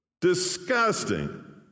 disgusting